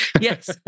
Yes